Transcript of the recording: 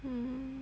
mm